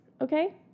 okay